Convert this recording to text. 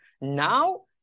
Now